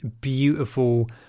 beautiful